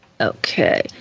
Okay